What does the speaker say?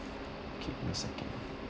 okay wait a second